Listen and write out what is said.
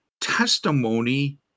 testimony